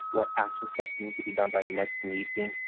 what action steps need to be done by the next meeting,